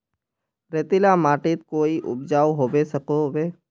रेतीला माटित कोई उपजाऊ होबे सकोहो होबे?